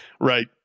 Right